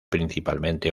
principalmente